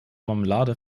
marmelade